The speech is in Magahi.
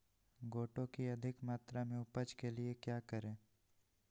गोटो की अधिक मात्रा में उपज के लिए क्या करें?